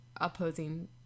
opposing